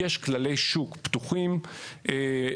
יש כללי שוק פתוחים רוחביים,